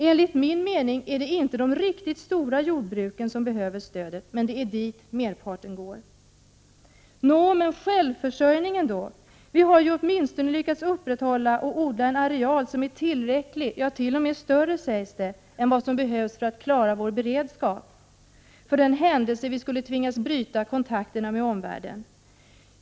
Enligt min mening är det inte de riktigt stora jordbruken som behöver stödet, men det är dit merparten går. Nå, men självförsörjningen då? Vi har ju åtminstone lyckats upprätthålla en odlad areal som är tillräcklig, t.o.m. större än vad som behövs, för att klara vår beredskap, för den händelse vi skulle tvingas bryta kontakterna med omvärlden.